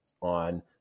on